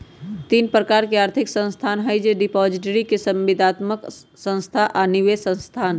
तीन प्रकार के आर्थिक संस्थान होइ छइ डिपॉजिटरी, संविदात्मक संस्था आऽ निवेश संस्थान